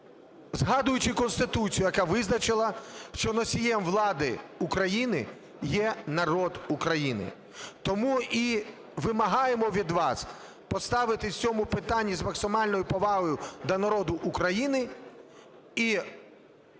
згадуючи Конституцію, яка визначила, що носієм влади України є народ України. Тому і вимагаємо від вас поставитись в цьому питанні з максимальною повагою до народу України. І прийняти цей закон